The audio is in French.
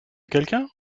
quelqu’un